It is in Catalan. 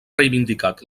reivindicat